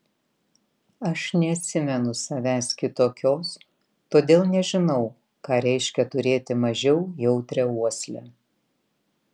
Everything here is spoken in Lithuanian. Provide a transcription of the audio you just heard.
aš neatsimenu savęs kitokios todėl nežinau ką reiškia turėti mažiau jautrią uoslę